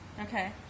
Okay